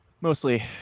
mostly